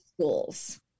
schools